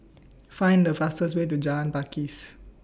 Find The fastest Way to Jalan Pakis